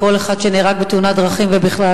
כל אחד שנהרג בתאונת דרכים ובכלל,